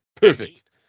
Perfect